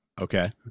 okay